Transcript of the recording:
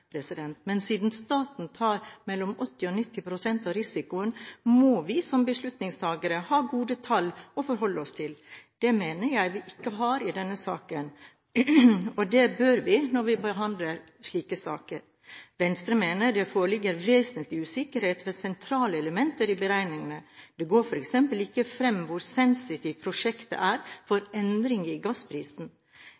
Men siden staten tar mellom 80 og 90 pst. av risikoen, må vi som beslutningstakere ha gode tall å forholde oss til. Det mener jeg vi ikke har i denne saken. Det bør vi ha når vi behandler slike saker. Venstre mener det foreligger vesentlig usikkerhet ved sentrale elementer i beregningen. Det går f.eks. ikke fram hvor sensitivt prosjektet er for